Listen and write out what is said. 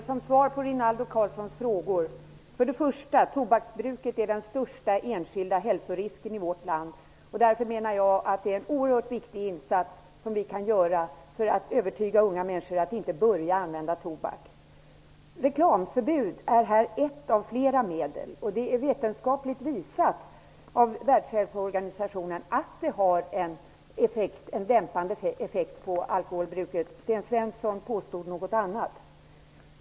Herr talman! Jag skall svara på Rinaldo Karlssons frågor. Tobaksbruket är den största enskilda hälsorisken i vårt land. Därför menar jag att vi kan göra en oerhört viktig insats för att övertyga unga människor att inte börja använda tobak. Reklamförbud är här ett av flera medel. Det är vetenskapligt visat av Världshälsoorganisationen att ett reklamförbud har en dämpande effekt på alkoholbruket. Sten Svensson påstod något annat.